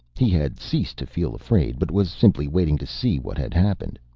he had ceased to feel afraid, but was simply waiting to see what had happened.